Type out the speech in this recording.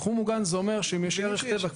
זה אומר שאם יש ערך טבע,